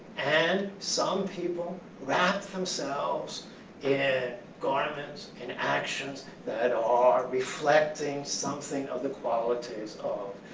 and some people wrap themselves in garments, in actions, that are reflecting something of the qualities of